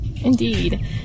Indeed